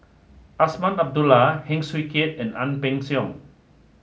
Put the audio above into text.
Azman Abdullah Heng Swee Keat and Ang Peng Siong